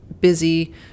busy